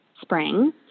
spring